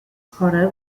horror